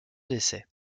décès